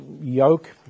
yoke